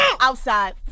Outside